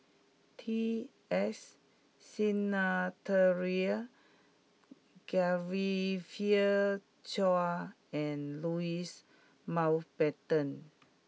T S Sinnathuray Genevieve Chua and Louis Mountbatten